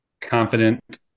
confident